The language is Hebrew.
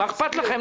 מה אכפת לכם?